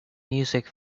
music